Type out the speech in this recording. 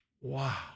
Wow